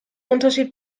unterschied